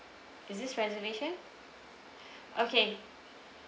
is this reservation okay